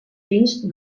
fins